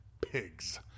pigs